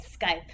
Skype